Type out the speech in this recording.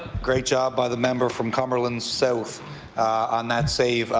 great job by the member from cumberland south on that save.